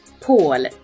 Paul